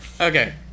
okay